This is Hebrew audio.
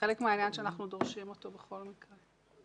חלק מהעניין שאנחנו דורשים אותו בכל מקרה.